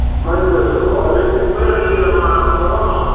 mate, we're surviving. where are you tomorrow morning?